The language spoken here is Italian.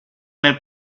nel